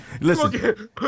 listen